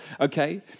Okay